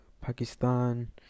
Pakistan